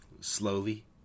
Slowly